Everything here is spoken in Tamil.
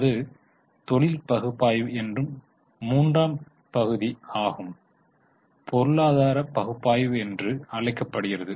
அது தொழில் பகுப்பாய்வு என்றும் மூன்றாம் பகுதி பொருளாதார பகுப்பாய்வு என்று அழைக்கப்படுகிறது